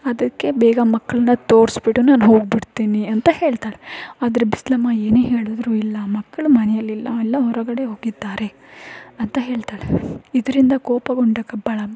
ಅದಕ್ಕೆ ಬೇಗ ಮಕ್ಕಳನ್ನ ತೋರ್ಸಿಬಿಡು ನಾನು ಹೋಗಿಬಿಡ್ತೀನಿ ಅಂತ ಹೇಳ್ತಾಳೆ ಆದರೆ ಬಿಸ್ಲಮ್ಮ ಏನೇ ಹೇಳಿದರೂ ಇಲ್ಲ ಮಕ್ಕಳು ಮನೆಯಲ್ಲಿಲ್ಲ ಎಲ್ಲ ಹೊರಗಡೆ ಹೋಗಿದ್ದಾರೆ ಅಂತ ಹೇಳ್ತಾಳೆ ಇದರಿಂದ ಕೋಪಗೊಂಡ ಕಬ್ಬಾಳಮ್ಮ